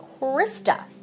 Krista